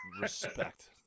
Respect